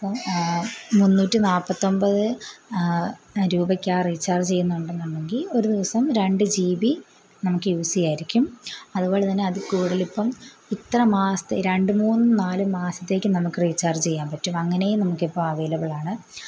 മുന്നൂറ്റി നാൽപ്പത്തൊൻപത് രൂപയ്ക്കാണ് റീചാർജ് ചെയ്യുന്നൊണ്ടന്നൊണ്ടെങ്കിൽ ഒരു ദിവസം രണ്ട് ജി ബി നമുക്ക് യൂസ് ചെയ്യായിരിക്കും അതുപോലെ തന്നെ അത് കൂടലിപ്പം ഇത്ര മാസത്തെ രണ്ട് മൂന്ന് നാല് മാസത്തേക്ക് നമുക്ക് റീചാർജ് ചെയ്യാൻ പറ്റും അങ്ങനേം നമുക്കിപ്പം അവൈലബിളാണ്